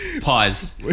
Pause